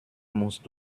musst